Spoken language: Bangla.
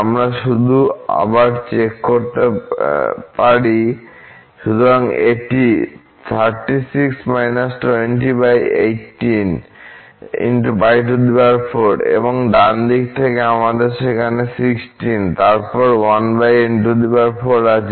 আমরা শুধু আবার চেক করতে পারেন সুতরাং এটি এবং ডান দিকে আমাদের সেখানে 16 এবং তারপর 1n4 আছে